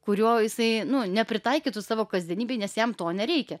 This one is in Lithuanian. kurio jisai nu nepritaikytų savo kasdienybėj nes jam to nereikia